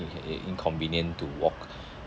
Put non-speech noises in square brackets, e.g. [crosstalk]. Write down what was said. inconvenient to walk [breath]